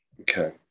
okay